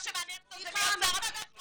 מה שמעניין אותו זה להיות שר הבטחון.